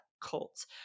cult